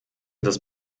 das